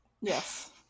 Yes